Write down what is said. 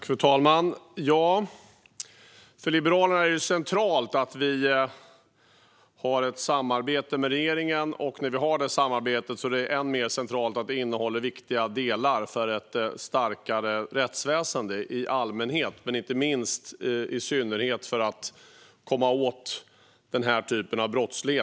Fru talman! För Liberalerna är det centralt att vi har ett samarbete med regeringen. När vi har det samarbetet är det än mer centralt att det innehåller viktiga delar för att stärka rättsväsendet i allmänhet och för att komma åt den här typen av brottslighet i synnerhet.